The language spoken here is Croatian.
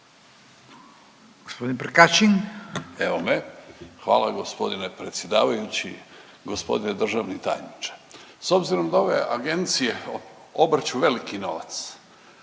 Hvala g. predsjedavajući, g. državni tajniče. S obzirom da ove agencije obrću veliki novac,